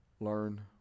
learn